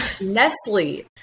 Nestle